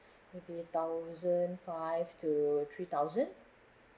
maybe a thousand five to three thousand